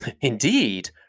Indeed